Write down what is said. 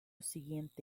siguiente